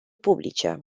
publice